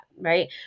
right